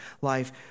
life